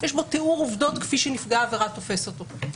יש בו תיאור עובדות כפי שנפגע העבירה תופס אותן,